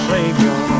Savior